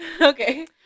Okay